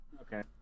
Okay